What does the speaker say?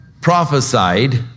prophesied